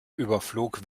überflog